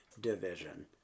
division